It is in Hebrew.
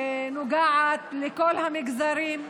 נוגעת לכל המגזרים.